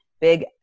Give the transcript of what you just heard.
big